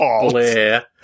Blair